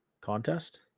Contest